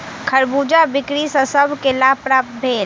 खरबूजा बिक्री सॅ सभ के लाभ प्राप्त भेल